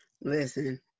Listen